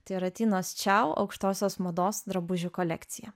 tai yra tinos čiau aukštosios mados drabužių kolekcija